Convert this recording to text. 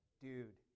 Dude